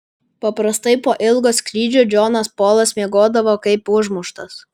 paprastai po ilgo skrydžio džonas polas miegodavo kaip užmuštas